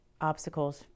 obstacles